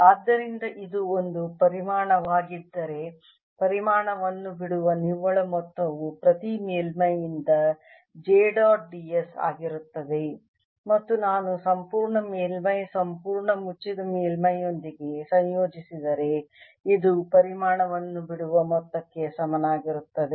ಆದ್ದರಿಂದ ಇದು ಒಂದು ಪರಿಮಾಣವಾಗಿದ್ದರೆ ಪರಿಮಾಣವನ್ನು ಬಿಡುವ ನಿವ್ವಳ ಮೊತ್ತವು ಪ್ರತಿ ಮೇಲ್ಮೈಯಿಂದ j dot d s ಆಗಿರುತ್ತದೆ ಮತ್ತು ನಾನು ಸಂಪೂರ್ಣ ಮೇಲ್ಮೈ ಸಂಪೂರ್ಣ ಮುಚ್ಚಿದ ಮೇಲ್ಮೈಯೊಂದಿಗೆ ಸಂಯೋಜಿಸಿದರೆ ಇದು ಪರಿಮಾಣವನ್ನು ಬಿಡುವ ಮೊತ್ತಕ್ಕೆ ಸಮಾನವಾಗಿರುತ್ತದೆ